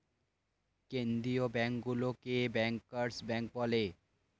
কেন্দ্রীয় ব্যাঙ্কগুলোকে bankers bank বলে